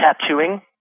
tattooing